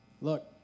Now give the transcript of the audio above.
Look